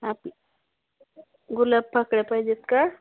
आप गुलाब पाकळ्या पाहिजेत का